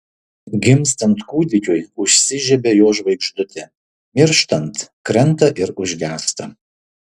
gimstant kūdikiui užsižiebia jo žvaigždutė mirštant krenta ir užgęsta